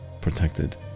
protected